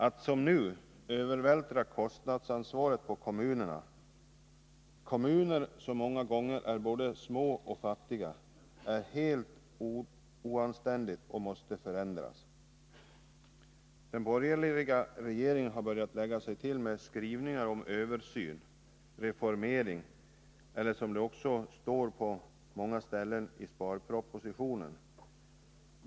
Att som nu övervältra kostnadsansvaret på kommunerna, som många gånger är både små och fattiga, är helt oanständigt. Här måste det bli en ändring. Den borgerliga regeringen har börjat lägga sig till med uttryck som översyn och reformering — de förekommer bl.a. på många ställen i sparpropositionen.